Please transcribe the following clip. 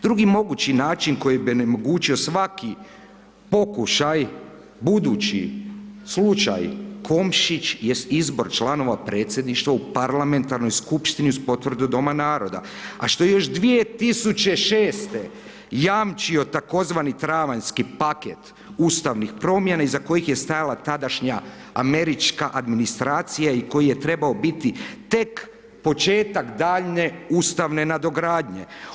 Drugi mogući način koji bi onemogućio svaki pokušaj budući slučaj Komšić jest izbor članova Predsjedništva u Parlamentarnoj skupštini uz potvrdu Doma naroda a što je još 2006. jamčio tzv. travanjski paket ustavnih promjena iza kojih je stajala tadašnja američka administracija i koji je trebao biti tek početak daljnje ustavne nadogradnje.